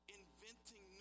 inventing